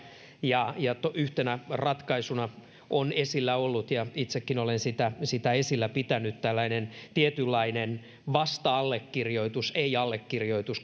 yhtenä ratkaisuna on esillä ollut ja itsekin olen sitä sitä esillä pitänyt tällainen tietynlainen vasta allekirjoitus ei allekirjoitus